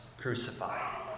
crucified